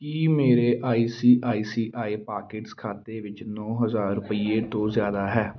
ਕੀ ਮੇਰੇ I C I C I pockets ਖਾਤੇ ਵਿੱਚ ਨੌਂ ਹਜ਼ਾਰ ਰੁਪਈਏ ਤੋਂ ਜ਼ਿਆਦਾ ਹੈ